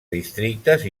districtes